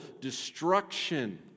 destruction